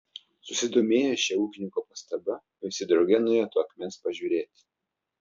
susidomėję šia ūkininko pastaba visi drauge nuėjo to akmens pažiūrėti